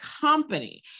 company